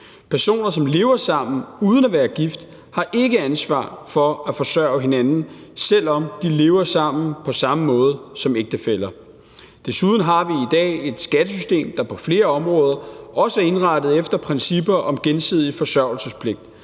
Personer, som lever sammen uden at være gift, har ikke ansvar for at forsørge hinanden, selv om de lever sammen på samme måde som ægtefæller. Desuden har vi i dag et skattesystem, der på flere områder også er indrettet efter principper om gensidig forsørgelsespligt,